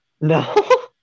No